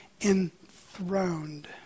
enthroned